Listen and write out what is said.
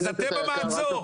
אז אתם המעצור.